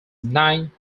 nine